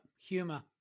humor